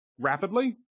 rapidly